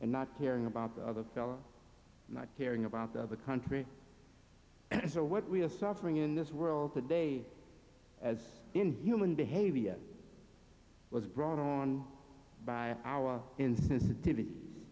and not caring about the other fellow not caring about the country or what we are suffering in this world today as in human behavior was brought on by our insensitivity